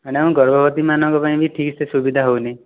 madam ଗର୍ଭବତୀମାନଙ୍କ ପାଇଁ ବି ଠିକସେ ସୁବିଧା ହେଉନାହିଁ